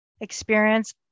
experience